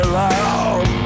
loud